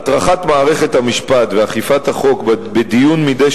הטרחת מערכת המשפט ואכיפת החוק בדיון מדי